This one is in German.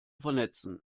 vernetzen